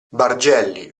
bargelli